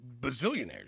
bazillionaires